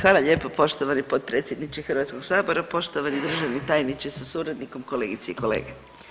Hvala lijepo poštovani potpredsjedniče Hrvatskog sabora, poštovani državni tajniče sa suradnikom, kolegice i kolege.